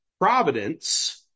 Providence